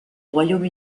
royaume